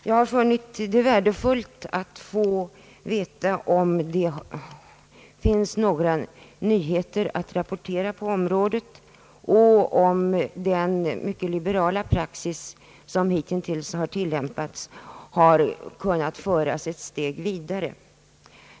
Jag har funnit det värdefullt att få veta om det finns några nyheter att rapportera på området och om den mycket liberala praxis som hitintills har tillämpats har kunnat föras ett steg vidare.